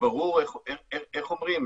איך אומרים?